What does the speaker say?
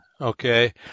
Okay